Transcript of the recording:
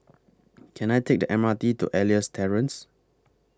Can I Take The M R T to Elias Terrace